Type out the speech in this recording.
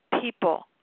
people